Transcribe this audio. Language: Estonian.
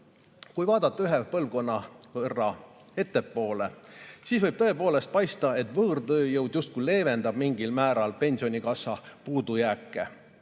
"Kui vaadata ühe põlvkonna võrra ettepoole, siis võib tõepoolest paista, et võõrtööjõud justkui leevendab mingil määral pensionikassa puudujääke.